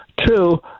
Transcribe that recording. Two